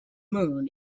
moon